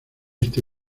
este